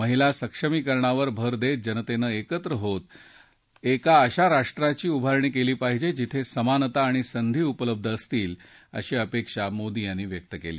महिला सक्षमीकरणावर भर देत जनतेनं एकत्र होत एका अशा राष्ट्राची उभारणी केली पाहिजे जिथे समानता आणि संधी उपलब्ध असतील अशी अपेक्षा मोदी यांनी व्यक्त केली